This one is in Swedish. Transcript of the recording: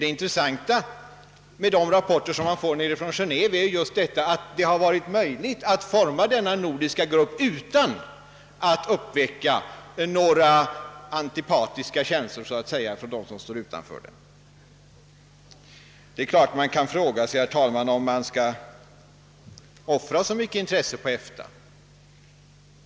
Det intressanta med de rapporter vi får från Genéve är just att det har varit möjligt att inom GATT forma denna nordiska grupp utan att uppväcka några antipatiska känslor hos dem som står utanför den. Man kan naturligtvis fråga sig, herr talman, om man skall offra så mycket intresse på EFTA.